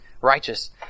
righteous